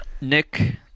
Nick –